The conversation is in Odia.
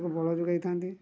ବଳ ଯୋଗାଇଥାନ୍ତି